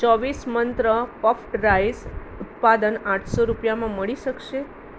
ચોવીસ મંત્ર puffed rice ઉત્પાદન આઠસો રૂપિયામાં મળી શકશે